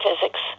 physics